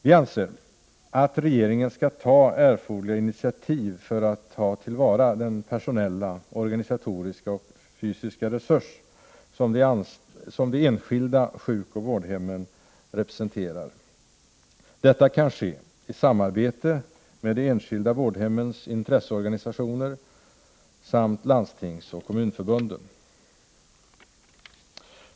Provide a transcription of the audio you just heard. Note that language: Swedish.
Vi anser att regeringen skall ta erforderliga initiativ för att ta till vara den personella, organisatoriska och fysiska resurs som de enskilda sjukoch vårdhemmen representerar. Detta kan ske i samarbete med de enskilda vårdhemmens intresseorganisationer samt med Landstingsförbundet och Kommunförbundet.